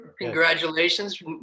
congratulations